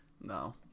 No